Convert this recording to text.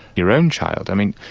your own child, i mean,